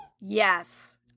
Yes